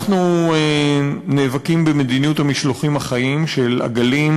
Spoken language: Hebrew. אנחנו נאבקים במדיניות המשלוחים החיים של עגלים,